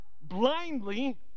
blindly